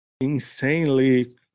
insanely